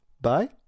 Bye